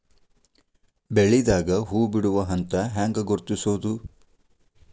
ಬೆಳಿದಾಗ ಹೂ ಬಿಡುವ ಹಂತ ಹ್ಯಾಂಗ್ ಗುರುತಿಸೋದು?